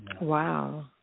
Wow